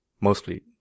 mostly